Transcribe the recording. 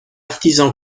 artisans